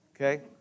okay